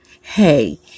hey